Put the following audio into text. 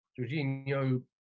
Jorginho